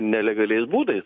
nelegaliais būdais